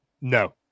No